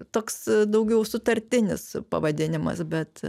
toks a daugiau sutartinis pavadinimas bet